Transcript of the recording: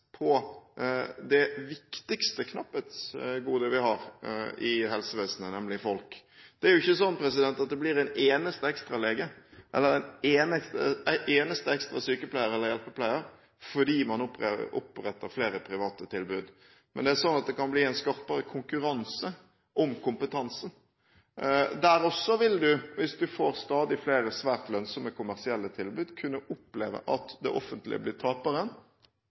viktigste knapphetsgodet vi har i helsevesenet, nemlig folk. Det er jo ikke sånn at det blir en eneste ekstralege eller en eneste ekstra sykepleier eller hjelpepleier fordi om man oppretter flere private tilbud. Men det er sånn at det kan bli en skarpere konkurranse om kompetansen. Der også vil man, hvis vi får stadig flere svært lønnsomme kommersielle tilbud, kunne oppleve at det offentlige blir